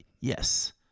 Yes